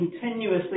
continuously